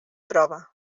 prova